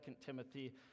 Timothy